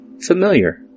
familiar